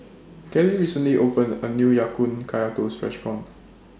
Kellie recently opened A New Ya Kun Kaya Toast Restaurant